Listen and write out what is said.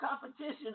competition